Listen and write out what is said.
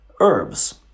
herbs